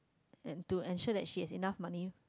and to ensure that she has enough money